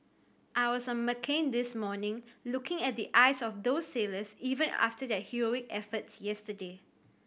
I was on McCain this morning looking at the eyes of those sailors even after their heroic efforts yesterday